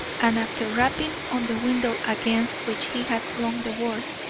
and after rapping on the window against which he had flung the words,